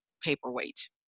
paperweight